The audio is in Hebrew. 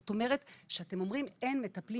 זאת אומרת כשאתם אומרים שאין מטפלים